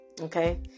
okay